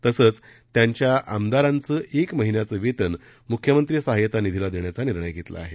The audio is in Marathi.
तसच त्यांच्या आमदारांच एक महिन्याचं वेतन मुख्यमंत्री सहाय्यता निधीला देण्याचा निर्णय घेतला आहे